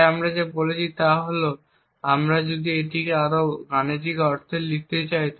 তাই আমরা যা বলছি তা হল আমরা যদি এটিকে আরও গাণিতিক অর্থে লিখতে চাই